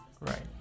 Right